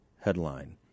headline